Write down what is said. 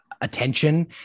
attention